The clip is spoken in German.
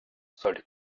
sollte